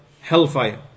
hellfire